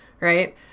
right